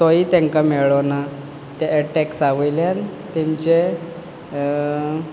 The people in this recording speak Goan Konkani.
तोयी तांकां मेळ्ळो ना ते टॅक्सा वयल्यान तांचे